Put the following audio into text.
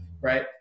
right